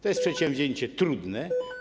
To jest przedsięwzięcie trudne.